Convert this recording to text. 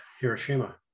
Hiroshima